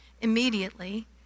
immediately